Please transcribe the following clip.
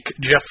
Jeff